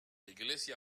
iglesia